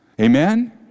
Amen